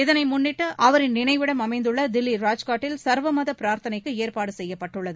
இதை முன்னிட்டு அவரின் நினைவிடம் அமைந்துள்ள தில்லி ராஜ்காட்டில் சர்வ மத பிரார்த்தனைக்கு ஏற்பாடு செய்யப்பட்டுள்ளது